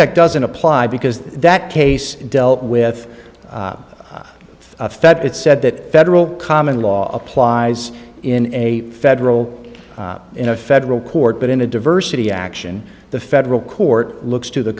aseptic doesn't apply because that case dealt with the fed it said that federal common law applies in a federal in a federal court but in a diversity action the federal court looks to the